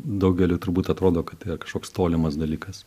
daugeliui turbūt atrodo kad tai yra kažkoks tolimas dalykas